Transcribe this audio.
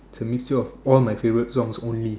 it's a mixture of all my favourite songs only